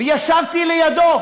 וישבתי לידו,